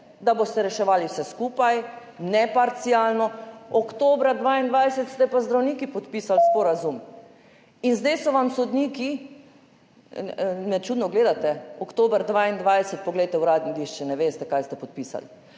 da boste reševali vse skupaj, ne parcialno. Oktobra 2022 ste pa z zdravniki podpisali sporazum. In zdaj so vam sodniki – me čudno gledate, oktober 2022, poglejte Uradni list, če ne veste, kaj ste podpisali.